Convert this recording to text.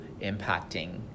impacting